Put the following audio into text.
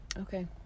Okay